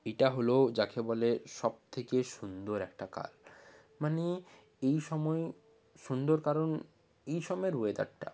এটা হলো যাকে বলে সব থেকে সুন্দর একটা কাল মানে এই সময় সুন্দর কারণ এই সময়ের ওয়েদারটা